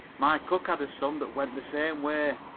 my cook had a son that went the same way.